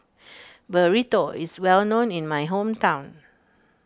Burrito is well known in my hometown